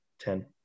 ten